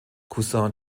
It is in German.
cousin